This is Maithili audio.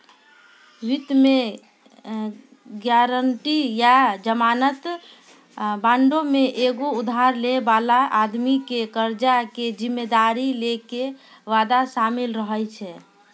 वित्त मे गायरंटी या जमानत बांडो मे एगो उधार लै बाला आदमी के कर्जा के जिम्मेदारी लै के वादा शामिल रहै छै